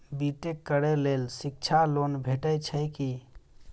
B tech करै लेल शिक्षा लोन भेटय छै की?